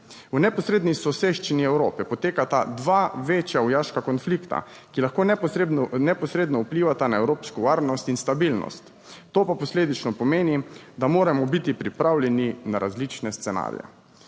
V neposredni soseščini Evrope potekata dva večja vojaška konflikta, ki lahko neposredno, neposredno vplivata na evropsko varnost in stabilnost. To pa posledično pomeni, da moramo biti pripravljeni na različne scenarije.